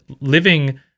living